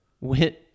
went